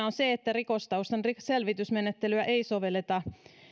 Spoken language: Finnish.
on se että rikostaustan selvitysmenettelyä ei sovelleta